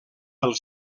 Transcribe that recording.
pel